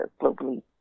globally